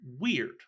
weird